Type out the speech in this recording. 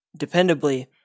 dependably